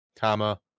comma